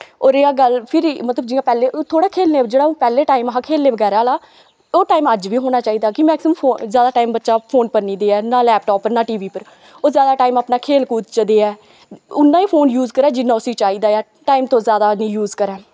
और एहे गल्ल फिरी मतलव जियां पैह्लें खेलने जेह्ड़ा पैह्लें टाईम हा खेलने बगैरा दा ओह् टैम अज्ज बी होना चाही दा कि मैकसिमम जादा टाईम बच्चा फोन पर नी देऐ नां लैपटॉप पर नां टी वी पर ओह् अपना जादा टाईम अपना खेल कूद पर देऐ उन्ना ई फोन यूज करै जिन्ना उसी चाही दा ऐ टाईम तो जादा नी यूज करै